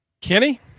Kenny